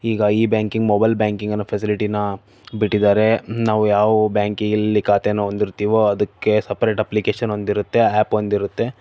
ಈಗ e banking mobile banking ಅನ್ನೋ ಫೆಸಿಲಿಟಿನ ಬಿಟ್ಟಿದ್ದಾರೆ ನಾವು ಯಾವ ಬ್ಯಾಂಕಿಯಲ್ಲಿ ಖಾತೆಯನ್ನು ಹೊಂದಿರ್ತೇವೋ ಅದಕ್ಕೆ ಸಪರೇಟ್ ಅಪ್ಲಿಕೇಶನ್ ಒಂದಿರುತ್ತೆ ಆ್ಯಪ್ ಒಂದಿರುತ್ತೆ